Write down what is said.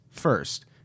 first